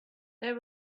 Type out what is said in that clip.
there